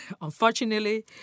unfortunately